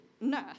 nurse